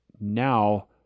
now